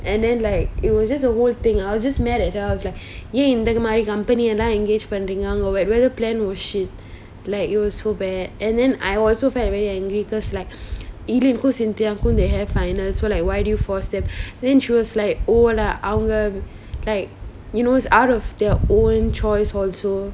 and then like it was just a whole thing I was just mad at her I was like ஏன் இந்த மாறி:ean intha mari company எல்லாம்:ellam engage பண்றீங்க அவங்க:panreenga avanga wet~ weather plan was shit like it was so bad and then I also felt very angry cause like even include cynthia they have finals so like why do you force them then she was like oh our like it was out of their own choice also